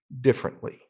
differently